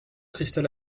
cristal